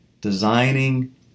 designing